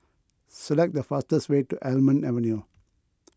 select the fastest way to Almond Avenue